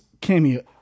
cameo